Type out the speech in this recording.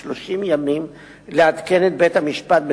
תותאם להצעת החוק הממשלתית,